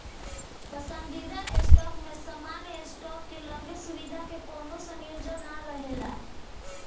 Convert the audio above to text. पसंदीदा स्टॉक में सामान्य स्टॉक के लगे सुविधा के कवनो संयोजन ना रहेला